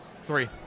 Three